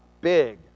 big